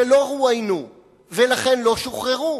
שלא רואיינו ולכן לא שוחררו.